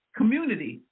Community